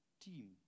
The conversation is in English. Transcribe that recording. team